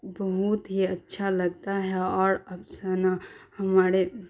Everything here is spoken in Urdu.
بہت ہی اچھا لگتا ہے اور افسانہ ہمارے